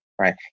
right